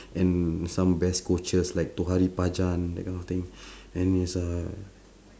and some best coaches like that kind of thing and is uh